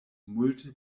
multe